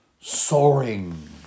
soaring